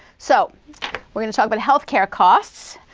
so we're going to talk about health care costs.